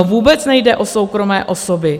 Vůbec nejde o soukromé osoby.